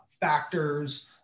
factors